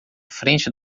frente